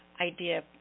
idea